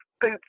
boot